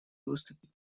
выступит